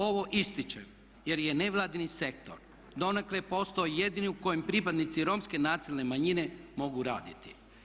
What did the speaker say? Ovo ističem je nevladin sektor donekle postao jedini u kojem predstavnici Romske nacionalne manjine mogu raditi.